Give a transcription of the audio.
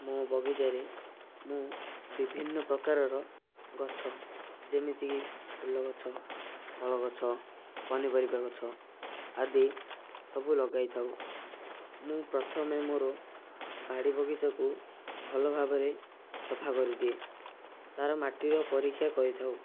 ମୁଁ ବଗିଚାରେ ମୁଁ ବିଭିନ୍ନ ପ୍ରକାରର ଗଛ ଯେମିତି କି ଫୁଲ ଗଛ ଫଳ ଗଛ ପନିପରିବା ଗଛ ଆଦି ସବୁ ଲଗାଇଥାଉ ମୁଁ ପ୍ରଥମେ ମୋର ବାଡ଼ି ବଗିଚାକୁ ଭଲ ଭାବରେ ସଫା କରିଦିଏ ତାର ମାଟିର ପରୀକ୍ଷା କରିଥାଉ